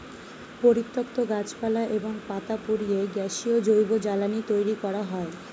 পরিত্যক্ত গাছপালা এবং পাতা পুড়িয়ে গ্যাসীয় জৈব জ্বালানি তৈরি করা হয়